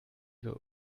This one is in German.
wir